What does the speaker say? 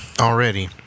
already